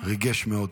ריגש מאוד.